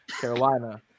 Carolina